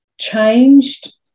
changed